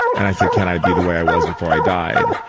and i said, can i be the way i was before i died?